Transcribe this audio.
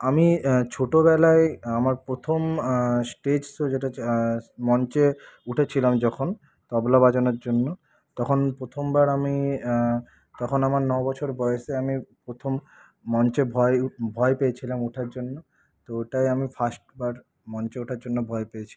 আমি ছোটবেলায় আমার প্রথম স্টেজ শো যেটা হচ্ছে মঞ্চে উঠেছিলাম যখন তবলা বাজানোর জন্য তখন প্রথমবার আমি তখন আমার নবছর বয়সে আমি প্রথম মঞ্চে ভয়ে ভয় পেয়েছিলাম ওঠার জন্য তো ওটাই আমি ফার্স্ট বার মঞ্চে ওঠার জন্য ভয় পেয়েছিলাম